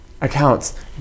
accounts